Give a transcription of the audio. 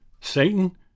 Satan